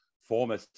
former